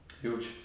Huge